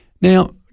Now